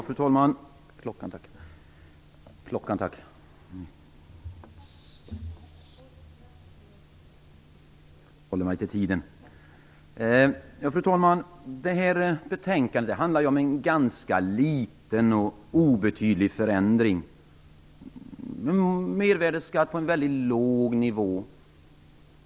Fru talman! Detta betänkande handlar om en ganska liten och obetydlig förändring - en mervärdesskatt på väldigt låg nivå.